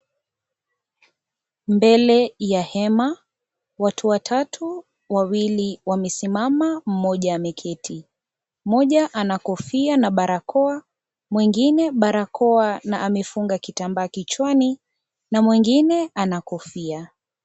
Mbele ya hema watu watatu , wawili wamesimama mmoja ameketi. Mmoja ana kofia na barakoa, mwingine barakoa na amefunga kitambaa kichwani na mwengine ana kofia.